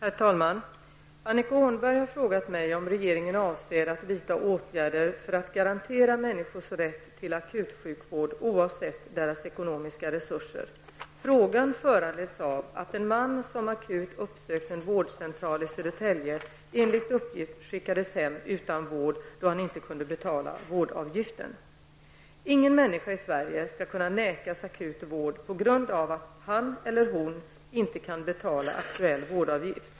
Herr talman! Annika Åhnberg har frågat mig om regeringen avser att vidta åtgärder för att garantera människors rätt till akutsjukvård oavsett deras ekonomiska resurser. Frågan föranleds av att en man, som akut uppsökt en vårdcentral i Södertälje, enligt uppgift skickades hem utan vård då han inte kunde betala vårdavgiften. Ingen människa i Sverige skall kunna nekas akut vård på grund av att han eller hon inte kan betala aktuell vårdavgift.